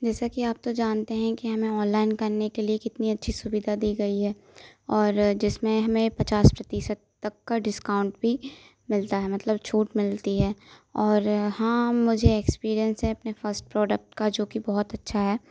जैसा कि आप तो जानते हैं कि हमें ऑनलाइन करने के लिए कितनी अच्छी सुविधा दी गई है और जिसमें हमें पचास प्रतिशत तक का डिस्काउंट भी मिलता है मतलब छूट मिलती है और हाँ मुझे एक्सपीरियंस है अपने फर्स्ट प्रोडक्ट का जो कि बहुत अच्छा है